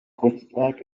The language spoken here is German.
kunstwerk